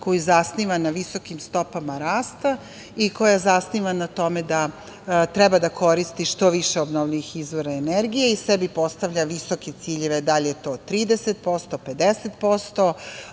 koju zasniva na visokim stopama rasta i koju zasniva na tome da treba da koristi što više obnovljivih izvora energije i sebi postavlja visoke ciljeve da li je to 30%, 50%,